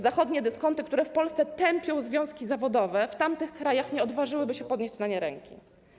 Zachodnie dyskonty, które w Polsce tępią związki zawodowe, w tamtych krajach nie odważyłyby się podnieść na nie ręki.